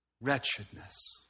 Wretchedness